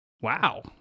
Wow